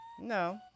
no